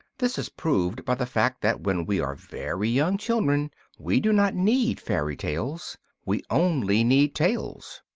this is proved by the fact that when we are very young children we do not need fairy tales we only need tales.